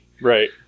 Right